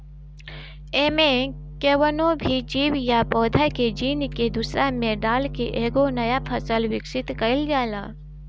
एमे कवनो भी जीव या पौधा के जीन के दूसरा में डाल के एगो नया फसल विकसित कईल जाला